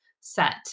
set